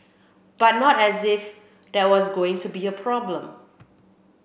but not as if there was going to be a problem